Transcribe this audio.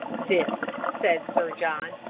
this, said sir john,